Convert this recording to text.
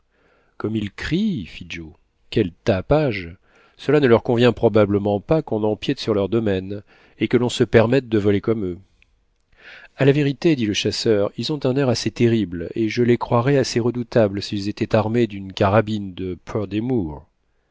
comme ils crient fit joe quel tapage cela ne leur convient probablement pas qu'on empiète sur leurs domaines et que l'on se permette de voler comme eux a la vérité dit le chasseur ils ont un air assez terrible et je les croirais assez redoutables s'ils étaient armés d'une carabine de